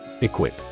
Equip